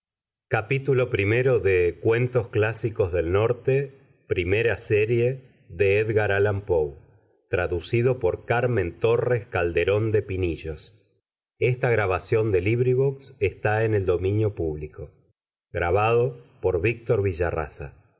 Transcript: gutenberg orglicense title cuentos clásicos del norte primera serie author edgar allan poe translator carmen torres calderón de pinillos